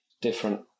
different